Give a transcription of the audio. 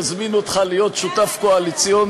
מזמין אותך להיות שותף קואליציוני,